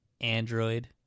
Android